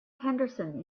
henderson